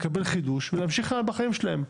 לקבל חידוש ולהמשיך הלאה בחיים שלהם.